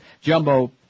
jumbo